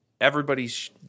everybody's